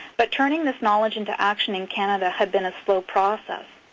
but turning this knowledge into action in canada had been a slow process.